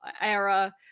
era